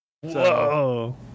whoa